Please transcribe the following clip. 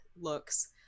looks